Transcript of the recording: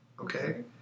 okay